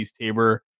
Tabor